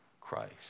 Christ